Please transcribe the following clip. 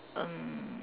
um